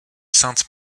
sainte